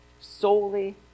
Solely